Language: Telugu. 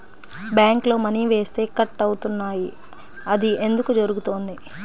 బ్యాంక్లో మని వేస్తే కట్ అవుతున్నాయి అది ఎందుకు జరుగుతోంది?